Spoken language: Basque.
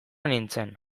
nintzen